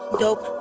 dope